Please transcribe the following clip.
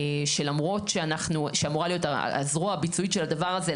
שלמרות שאמורה להיות הזרוע הביצועית של הדבר הזה,